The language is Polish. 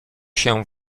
się